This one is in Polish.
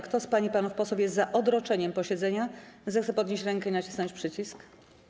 Kto z pań i panów posłów jest za odroczeniem posiedzenia, zechce podnieść rękę i nacisnąć przycisk.